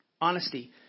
Honesty